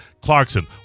Clarkson